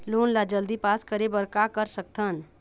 Loan ला जल्दी pass करे बर का कर सकथन?